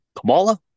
Kamala